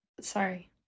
sorry